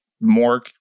more